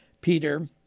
Peter